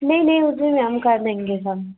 नहीं नहीं उसमें भी हम कर देंगे सब